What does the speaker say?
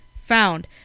found